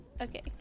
Okay